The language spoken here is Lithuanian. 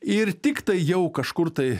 ir tiktai jau kažkur tai